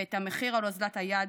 ואת המחיר על אוזלת היד